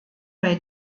bei